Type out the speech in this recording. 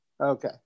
Okay